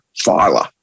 filer